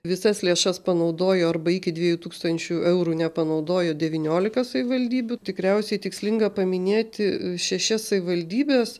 visas lėšas panaudojo arba iki dviejų tūkstančių eurų nepanaudojo devyniolika savivaldybių tikriausiai tikslinga paminėti šešias savivaldybes